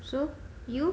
so you